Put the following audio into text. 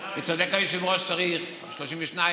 52,